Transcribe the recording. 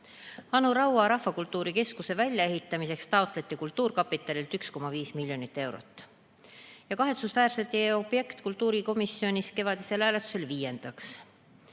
Anu Raua rahvakultuurikeskuse väljaehitamiseks taotleti kultuurkapitalilt 1,5 miljonit eurot. Kahetsusväärselt jäi objekt kultuurikomisjonis kevadisel hääletusel viiendaks.